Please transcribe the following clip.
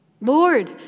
Lord